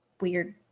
weird